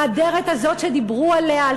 האדרת הזאת שדיברו עליה,